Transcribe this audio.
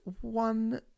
one